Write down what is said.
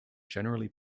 generally